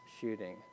shooting